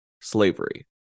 slavery